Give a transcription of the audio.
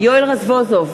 יואל רזבוזוב,